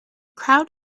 crowd